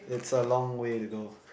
it's a long way to go